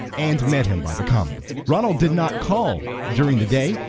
and met him by the common. ronald did not call during the day,